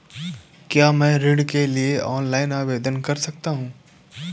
क्या मैं ऋण के लिए ऑनलाइन आवेदन कर सकता हूँ?